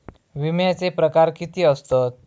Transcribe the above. विमाचे प्रकार किती असतत?